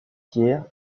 pierre